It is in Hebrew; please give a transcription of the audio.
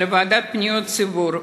לוועדה לפניות הציבור,